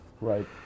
Right